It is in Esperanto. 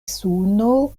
suno